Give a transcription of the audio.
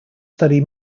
study